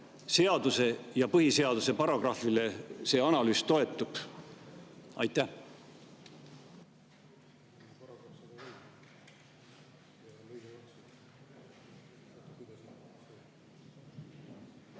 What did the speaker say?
ja põhiseaduse paragrahvile see analüüs toetub. Aitäh!